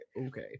Okay